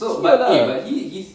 [sial] ah